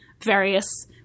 various